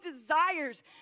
desires